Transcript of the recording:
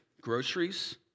groceries